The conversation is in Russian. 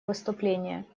выступление